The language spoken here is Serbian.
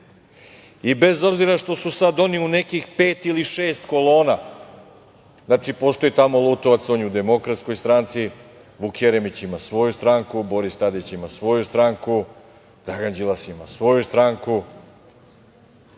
Bez obzira što su sada oni u nekih pet ili šest kolona, znači, postoji tamo Lutovac, on je u Demokratskoj stranci, Vuk Jeremić ima svoju stranku, Boris Tadić ima svoju stranku, Dragan Đilas ima svoju stranku,